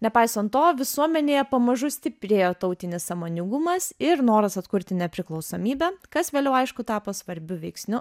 nepaisant to visuomenėje pamažu stiprėjo tautinis sąmoningumas ir noras atkurti nepriklausomybę kas vėliau aišku tapo svarbiu veiksniu